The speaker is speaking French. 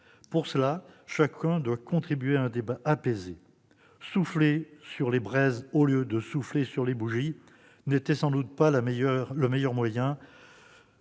Pour cela, chacun doit contribuer à un débat apaisé. Souffler sur les braises au lieu de souffler sur les bougies n'était sans doute pas le meilleur moyen